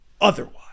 otherwise